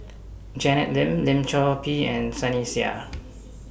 Janet Lim Lim Chor Pee and Sunny Sia